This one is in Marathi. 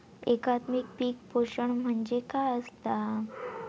एकात्मिक पीक पोषण म्हणजे काय असतां?